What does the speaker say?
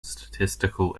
statistical